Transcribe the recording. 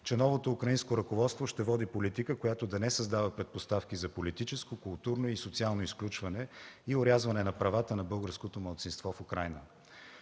че новото украинско ръководство ще води политика, която да не създава предпоставки за политическо, културно и социално изключване и орязване на правата на българското малцинство в Украйна.